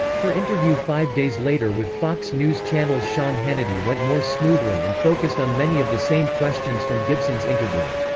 her interview five days later with fox news channel's sean hannity went more smoothly and focused on many of the same questions from gibson's interview.